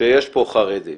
שיש פה חרדים